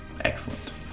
Excellent